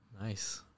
nice